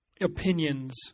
Opinions